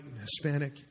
Hispanic